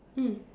mm